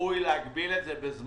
ראוי להגביל את זה בזמן?